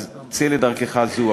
אז צא לדרכך זו,